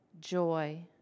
joy